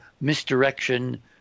misdirection